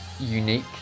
unique